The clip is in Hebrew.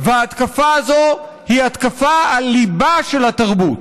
וההתקפה הזאת היא התקפה על ליבה של התרבות,